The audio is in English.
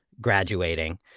graduating